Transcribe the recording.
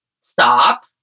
stop